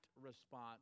response